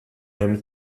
him